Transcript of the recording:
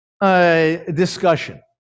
discussion